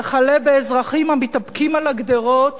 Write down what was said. וכלה באזרחים המתדפקים על הגדרות,